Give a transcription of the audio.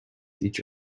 each